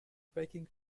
baking